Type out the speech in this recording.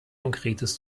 konkretes